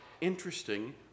interesting